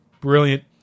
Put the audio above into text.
brilliant